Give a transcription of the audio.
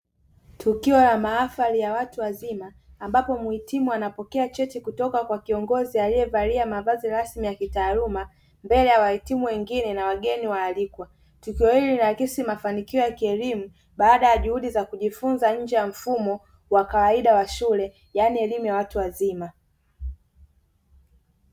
Tukio la mahafali ya watu wazima ambapo muhitimu anapokea cheti kutoka kwa kiongozi, aliyevalia mavazi rasmi ya taaluma mbele ya wahitimu wengine na wageni waalikwa. Tukio hili linaakisi mafanikio ya kielimu baada ya juhudi za kujifunza nje ya mfumo wa kawaida wa shule, yaani elimu ya watu wazima.